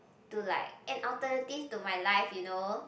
to like an alternative to my life you know